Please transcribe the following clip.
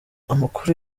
amakuru